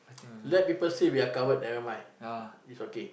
let people say we are coward never mind it's okay